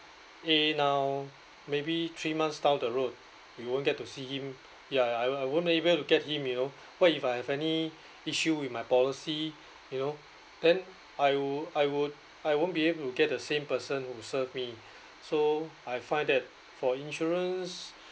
A now maybe three months down the road you won't get to see him ya ya I won't be able to get him you know what if I have any issue with my policy you know then I would I would I won't be able to get the same person who served me so I find that for insurance